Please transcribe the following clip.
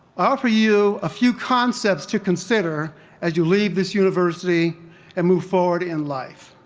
offer you a few concepts to consider as you leave this university and move forward in life